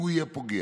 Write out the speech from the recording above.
אם הוא יהיה פוגע.